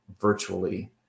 virtually